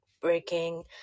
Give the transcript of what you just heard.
breaking